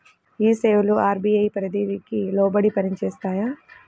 ఈ సేవలు అర్.బీ.ఐ పరిధికి లోబడి పని చేస్తాయా?